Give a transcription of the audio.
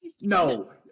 no